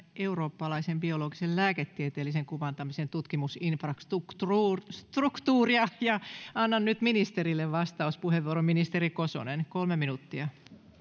eurooppalaisen biologisen lääketieteellisen kuvantamisen tutkimusinfrastruktuuria ja annan nyt ministerille vastauspuheenvuoron ministeri kosonen kolme minuuttia